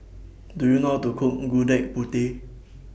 Do YOU know to Cook Gudeg Putih